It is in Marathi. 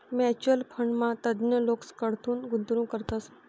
म्युच्युअल फंडमा तज्ञ लोकेसकडथून गुंतवणूक करतस